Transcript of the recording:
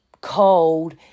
cold